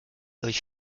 euch